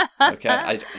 okay